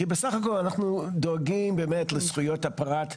כי בסך הכל אנחנו דואגים באמת לזכויות הפרט.